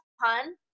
pun